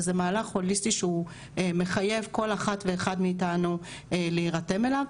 וזה מהלך הוליסטי שהוא מחייב כל אחת ואחד מאיתנו להירתם אליו.